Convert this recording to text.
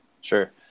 sure